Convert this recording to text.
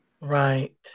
Right